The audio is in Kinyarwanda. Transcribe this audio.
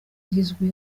igizwe